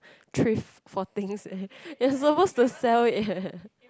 thrift for things and you are supposed to sell it eh